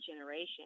generation